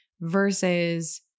versus